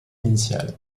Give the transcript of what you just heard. initiale